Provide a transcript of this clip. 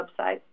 website